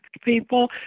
people